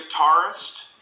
guitarist